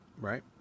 right